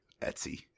Etsy